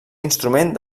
instrument